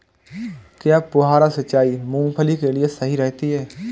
क्या फुहारा सिंचाई मूंगफली के लिए सही रहती है?